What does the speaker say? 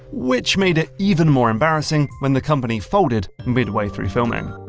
which made it even more embarrassing when the company folded mid-way through filming.